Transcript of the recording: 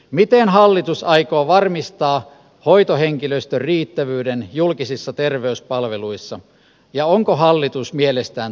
miten hallitus aikoo varmistaa hoitohenkilöstön riittävyyden julkisissa terveyspalveluissa ja onko esittämistä varten